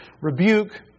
rebuke